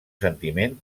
sentiment